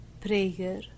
prayer